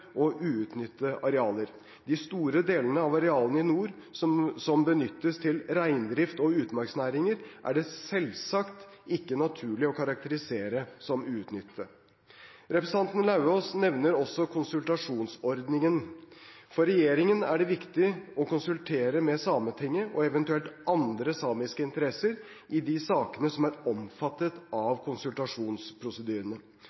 og uutnyttede arealer. De store delene av arealene i nord som benyttes til reindrift og utmarksnæringer, er det selvsagt ikke naturlig å karakterisere som uutnyttede. Representanten Lauvås nevner også konsultasjonsordningen. For regjeringen er det viktig å konsultere med Sametinget, og eventuelt andre samiske interesser, i de sakene som er omfattet